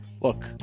look